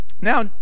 Now